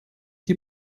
die